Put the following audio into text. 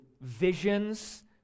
visions